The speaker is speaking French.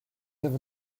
avons